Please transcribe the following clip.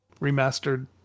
remastered